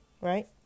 right